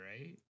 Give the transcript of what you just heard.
right